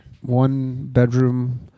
one-bedroom